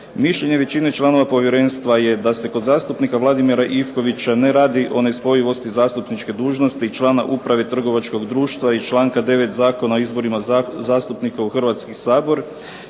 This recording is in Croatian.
Mišljenje većine članova povjerenstva je da se kod zastupnika Vladimira Ivkovića ne radi o nespojivosti zastupničke dužnosti i člana uprave trgovačkog društva iz članka 9. Zakona o izborima zastupnika u Hrvatski sabor,